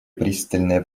пристальное